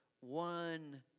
one